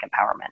Empowerment